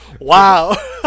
Wow